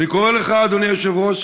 ואני קורא לך, אדוני היושב-ראש,